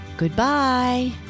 Goodbye